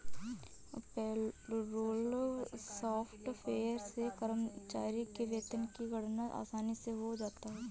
payroll software से कर्मचारी के वेतन की गणना आसानी से हो जाता है